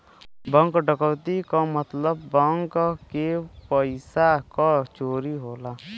bank डकैती क मतलब बैंक के पइसा क चोरी होला